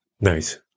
Nice